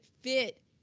fit